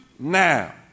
Now